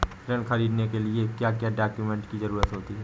ऋण ख़रीदने के लिए क्या क्या डॉक्यूमेंट की ज़रुरत होती है?